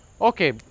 Okay